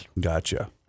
Gotcha